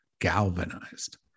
galvanized